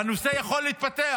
והנושא יכול להתפתח.